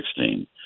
2016